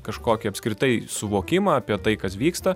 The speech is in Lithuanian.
kažkokį apskritai suvokimą apie tai kas vyksta